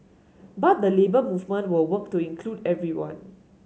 but the Labour Movement will work to include everyone